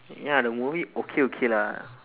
ya the movie okay okay lah